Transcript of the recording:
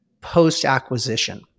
post-acquisition